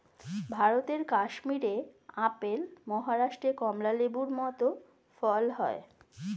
ভারতের কাশ্মীরে আপেল, মহারাষ্ট্রে কমলা লেবুর মত ফল হয়